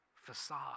facade